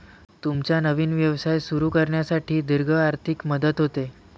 तुमचा नवीन व्यवसाय सुरू करण्यासाठी दीर्घ आर्थिक मदत होते